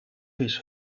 his